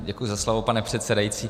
Děkuji za slovo, pane předsedající.